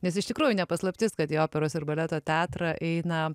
nes iš tikrųjų ne paslaptis kad į operos ir baleto teatrą eina